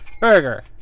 Burger